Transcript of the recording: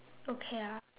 okay lah